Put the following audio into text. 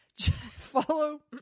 Follow